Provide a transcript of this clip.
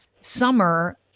summer